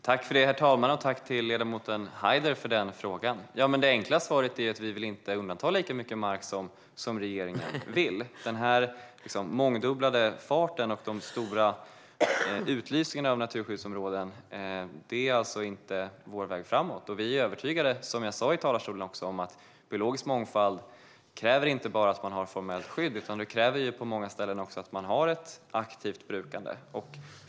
Herr talman! Tack till ledamoten Haider för den frågan! Det enkla svaret är att vi inte vill undanta lika mycket mark som regeringen vill. Den mångdubblade farten och de stora utlysningarna av naturskyddsområden är inte vår väg framåt. Som jag sa i talarstolen är vi övertygade om att biologisk mångfald kräver inte bara att man har formellt skydd utan också att man på många ställen har ett aktivt brukande.